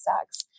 sex